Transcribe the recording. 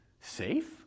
Safe